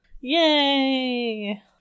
Yay